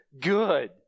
good